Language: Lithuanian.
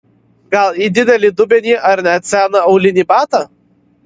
gal į didelį dubenį ar net seną aulinį batą